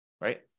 right